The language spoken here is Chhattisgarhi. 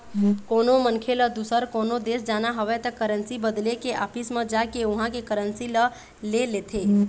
कोनो मनखे ल दुसर कोनो देश जाना हवय त करेंसी बदले के ऑफिस म जाके उहाँ के करेंसी ल ले लेथे